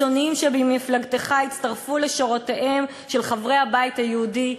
הקיצונים שבמפלגתך הצטרפו לשורותיהם של חברי הבית היהודי.